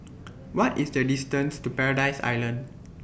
What IS The distance to Paradise Island